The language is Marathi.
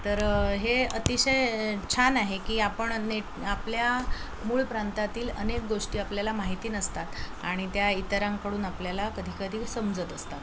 तर हे अतिशय छान आहे की आपण नेट आपल्या मूळ प्रांतातील अनेक गोष्टी आपल्याला माहिती नसतात आणि त्या इतरांकडून आपल्याला कधीकधी समजत असतात